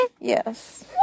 Yes